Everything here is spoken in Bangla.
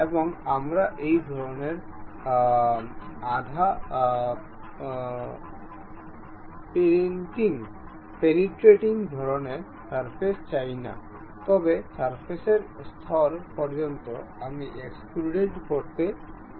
এবং আমরা এই ধরনের আধা পেনিট্রেটিং ধরনের সারফেস চাই না তবে সারফেসের স্তর পর্যন্ত আমি এক্সট্রুডেড করতে চাই